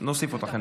נוסיף אותך.